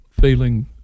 feeling